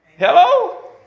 Hello